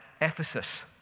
Ephesus